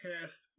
cast